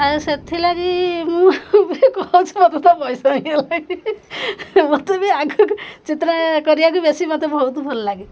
ଆଉ ସେଥିଲାଗି ମୁଁ ବି କହୁଛି ମତେ ତ ବୟସ ହେଇଗଲାଣି ମତେ ବି ଆଗକୁ ଚିତ୍ର କରିବାକୁ ବେଶୀ ମତେ ବହୁତ ଭଲ ଲାଗେ